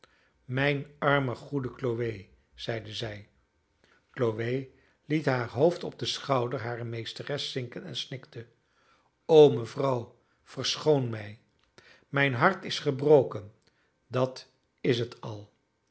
mijn arme goede chloe zeide zij chloe liet haar hoofd op den schouder harer meesteres zinken en snikte o mevrouw verschoon mij mijn hart is gebroken dat is het al